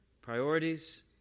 priorities